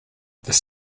this